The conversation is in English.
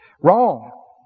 Wrong